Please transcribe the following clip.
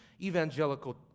evangelical